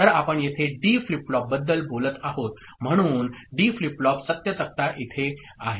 तर आपण येथे डी फ्लिप फ्लॉपबद्दल बोलत आहोत म्हणून डी फ्लिप फ्लॉप सत्य तक्ता इथे आहे